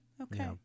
Okay